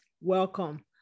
welcome